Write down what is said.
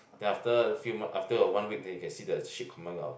then after few month after a one week then you can see the shape coming out